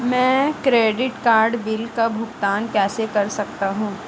मैं credit card bill का भुगतान कैसे कर सकता हूं?